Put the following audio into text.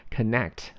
Connect